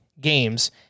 games